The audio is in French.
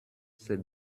c’est